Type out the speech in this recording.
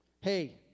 hey